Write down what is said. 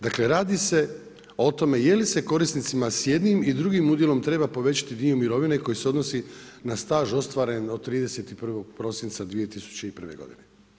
Dakle radi se o tome jeli se korisnicima s jednim i drugim udjelom treba povećati dio mirovine koji se odnosi na staž ostvaren od 31. prosinca 2001. godine.